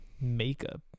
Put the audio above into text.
makeup